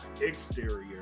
exterior